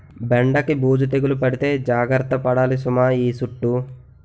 బెండకి బూజు తెగులు పడితే జాగర్త పడాలి సుమా ఈ సుట్టూ